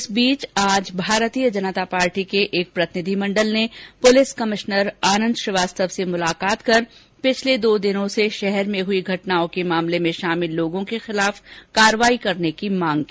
इस बीच आज भारतीय जनता पार्टी के एक प्रतिनिधि मंडल ने पुर्लिस कमिश्नर आनंद श्रीवास्तव से मुलाकात कर पिछले दो दिनों से शहर में हुई घटनाओं के मामले में शामिल लोगों के खिलाफ कार्यवाही करने की मांग की